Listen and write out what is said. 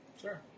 Sure